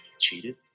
Cheated